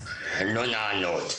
לא נענות.